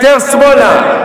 יותר שמאלה,